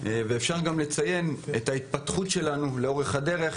ואפשר לציין את ההתפתחות שלנו בטיפול בזה לאורך הדרך,